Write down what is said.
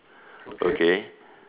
okay